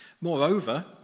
Moreover